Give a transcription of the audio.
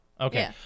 Okay